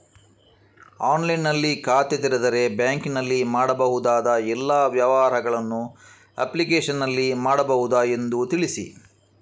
ಆನ್ಲೈನ್ನಲ್ಲಿ ಖಾತೆ ತೆರೆದರೆ ಬ್ಯಾಂಕಿನಲ್ಲಿ ಮಾಡಬಹುದಾ ಎಲ್ಲ ವ್ಯವಹಾರಗಳನ್ನು ಅಪ್ಲಿಕೇಶನ್ನಲ್ಲಿ ಮಾಡಬಹುದಾ ಎಂದು ತಿಳಿಸಿ?